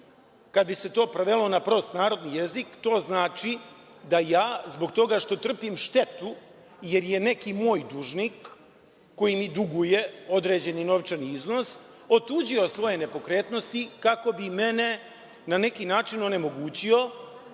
kad bi se to prevelo na prost narodni jezik, to znači da ja zbog toga što trpim štetu jer je neki moj dužnik koji mi duguje određeni novčani iznos otuđio svoje nepokretnosti kako bi mene na neki način onemogućio